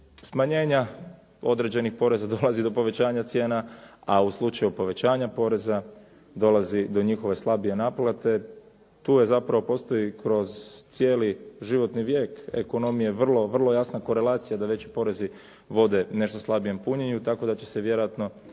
smanjenja određenih poreza, dolazi do povećanja cijena, a u slučaju povećanja poreza dolazi do njihove slabije naplate. Tu zapravo postoji kroz cijeli životni vijek ekonomije vrlo, vrlo jasna korelacija da veći porezi vode nešto slabijem punjenju tako da će se vjerojatno